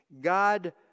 God